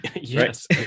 Yes